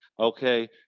Okay